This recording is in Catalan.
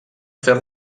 fer